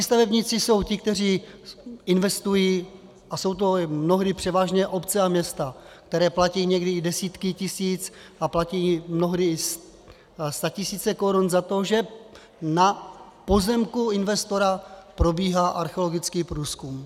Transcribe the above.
Stavebníci jsou ti, kteří investují, a jsou to mnohdy převážně obce a města, které platí někdy i desítky tisíc, a platí mnohdy statisíce korun za to, že na pozemku investora probíhá archeologický průzkum.